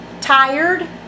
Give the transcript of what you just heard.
tired